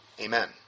Amen